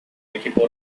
equipo